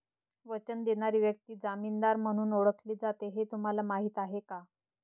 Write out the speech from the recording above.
वचन देणारी व्यक्ती जामीनदार म्हणून ओळखली जाते हे तुम्हाला माहीत आहे का?